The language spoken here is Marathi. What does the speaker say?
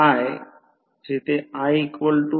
8 किंवा 0